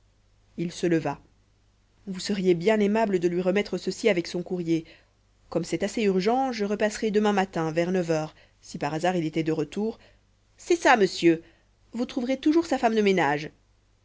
il se leva vous seriez bien aimable de lui remettre ceci avec son courrier comme c'est assez urgent je repasserai demain matin vers neuf heures si par hasard il était de retour c'est ça monsieur vous trouverez toujours sa femme de ménage